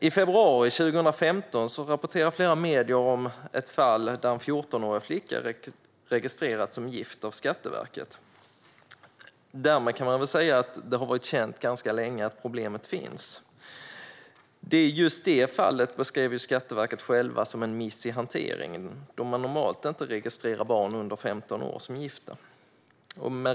I februari 2015 rapporterade flera medier om ett fall där en 14-årig flicka registrerades som gift av Skatteverket. Därmed kan man väl säga att det har varit känt ganska länge att problemet finns. Just det fallet beskrev Skatteverket självt som en miss i hanteringen, då man normalt inte registrerar barn under 15 år som gifta.